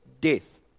death